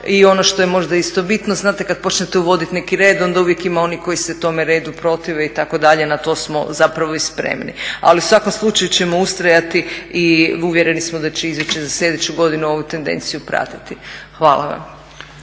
I ono što je možda isto bitno, znate kad počnete uvoditi neki red onda uvijek ima onih koji se tome redu protive itd. na to smo zapravo i spremni. Ali u svakom slučaju ćemo ustrajati i uvjereni smo da će izvješće za slijedeću godinu ovu tendenciju pratiti. Hvala vam.